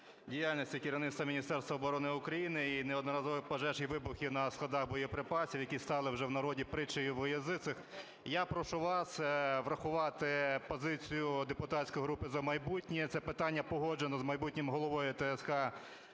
діяльності керівництва Міністерства оборони України і неодноразових пожеж і вибухів на складах боєприпасів, які стали вже в народі притчею во язицех. Я прошу вас врахувати позицію депутатської групи "За майбутнє". Це питання погоджено з майбутнім головою ТСК